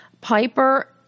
Piper